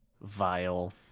vile